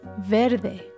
Verde